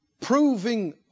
Proving